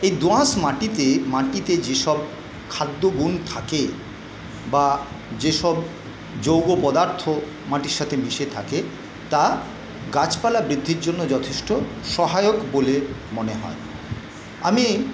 এই দোআঁশ মাটিতে মাটিতে যেসব খাদ্যগুণ থাকে বা যেসব যৌগ পদার্থ মাটির সাথে মিশে থাকে তা গাছপালা বৃদ্ধির জন্য যথেষ্ট সহায়ক বলে মনে হয় আমি